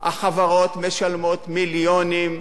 החברות משלמות מיליונים מיותרים.